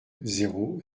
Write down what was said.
zéro